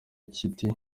kiti